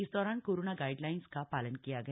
इस दौरान corona guidelines का पालन किया गया